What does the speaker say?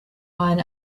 iron